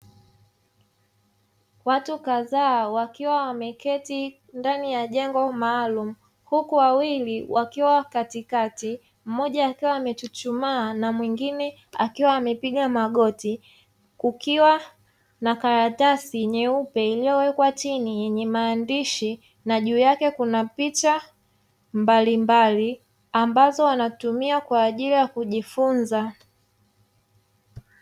Watu kadhaa wakiwa wameketi ndani ya jengo maalumu, huku wawili wakiwa katikati, mmoja akiwa amechuchumaa na mwingine akiwa amepiga magoti, kukiwa na karatasi nyeupe, iliyowekwa chini yenye maandishi na juu yake kuna picha mbalimbali, ambazo wanatumia kwa ajili ya kujifunza.